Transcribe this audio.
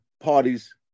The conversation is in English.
parties